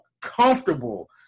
comfortable